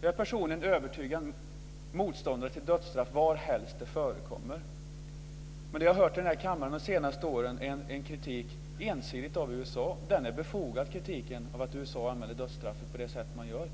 Jag är personligen övertygad motståndare till dödsstraff var helst det förekommer. Men det jag har hört här i kammaren de senaste åren är en ensidig kritik av USA. Det är befogat att kritisera att USA använder dödsstraffet på det sätt man gör.